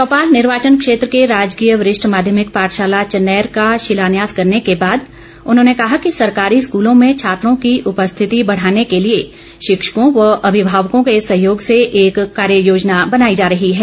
चौपाल निर्वाचन क्षेत्र के राजकीय वरिष्ठ माध्यमिक पाठशाला चनैर का शिलान्यास करने के बाद उन्होंने कहा कि सरकारी स्कूलों में छात्रों की उपस्थिति बढ़ाने के लिए शिक्षकों व अभिभावकों के सहयोग से एक कार्य योजना बनाई जा रही है